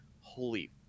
holy